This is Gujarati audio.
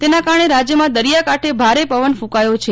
તેના કારણે રાજ્યમાં દરિયાકાંઠે ભારે પવન કૂંકાયો છે